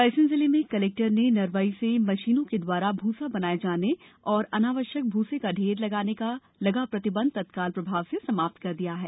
रायसेन जिले में कलेक्टर ने नरवाई से मशीनों के दवारा भ्रसा बनाए जाने तथा अनावश्यक भूसे का रेर लगाने पर लगा प्रतिबंध तत्काल प्रभाव से समाप्त कर दिया है